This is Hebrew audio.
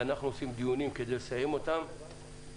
אנחנו עושים דיונים כדי לסיים אותם ומוציאים